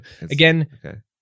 Again